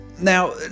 Now